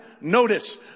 Notice